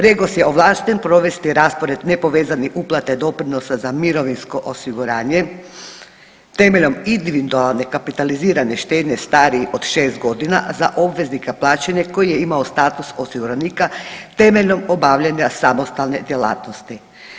REGOS je ovlašten provesti raspored nepovezanih uplata i doprinosa za mirovinsko osiguranje temeljem individualne kapitalizirane štednje starije od 6 godina za obveznika plaćanja koji je imao status osiguranika temeljnom obavljanja samostalne djelatnosti.